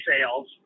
sales